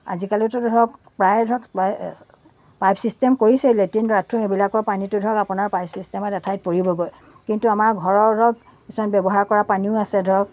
আজিকালিতো ধৰক প্ৰায়ে ধৰক পাইপ ছিষ্টেম কৰিছেই লেট্ৰিন বাথৰূম সেইবিলাকৰ পানীটো ধৰক আপোনাৰ পাইপ ছিষ্টেমত এঠাইত পৰিবগৈ কিন্তু আমাৰ ঘৰত ধৰক কিছুমান ব্য়ৱহাৰ কৰা পানীও আছে ধৰক